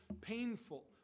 painful